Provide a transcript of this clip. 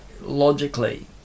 logically